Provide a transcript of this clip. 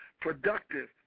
productive